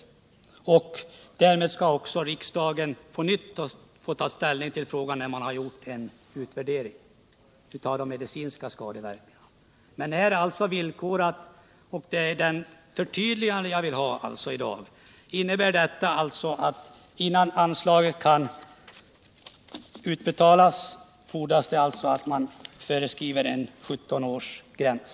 Och riksdagen skall också på nytt få ta ställning till den här frågan när det gjorts en utvärdering av medicinska skadeverkningar. Det är alltså ett förtydligande jag vill ha i dag. Innebär skrivningen att innan anslaget kan utbetalas så fordras att man föreskrivit en 17-årsgräns?